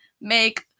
make